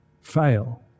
fail